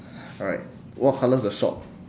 alright what colour is the shop